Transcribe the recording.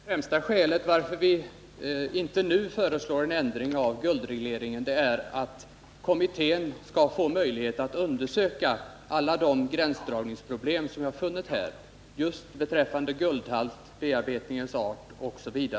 Herr talman! Det främsta skälet till att vi inte nu föreslår någon ändring av reglerna för handeln med guld är att valutakommittén skall få möjlighet att undersöka alla de gränsdragningsproblem som finns just beträffande guldhalt, bearbetningens art m.m.